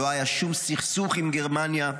לא היה שום סכסוך עם גרמניה,